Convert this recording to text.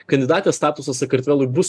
kandidatės statusas sakartvelui bus